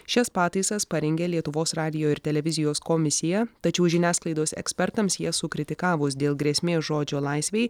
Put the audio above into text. šias pataisas parengė lietuvos radijo ir televizijos komisija tačiau žiniasklaidos ekspertams jas sukritikavus dėl grėsmės žodžio laisvei